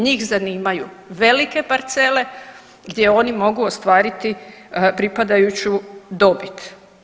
Njih zanimaju velike parcele gdje oni mogu ostvariti pripadajuću dobit.